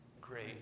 great